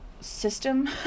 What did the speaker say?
system